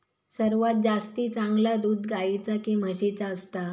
सर्वात जास्ती चांगला दूध गाईचा की म्हशीचा असता?